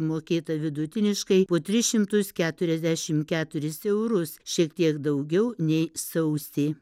mokėta vidutiniškai po tris šimtus keturiasdešim keturis eurus šiek tiek daugiau nei sausį